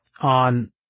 on